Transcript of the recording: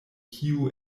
kiu